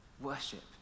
worship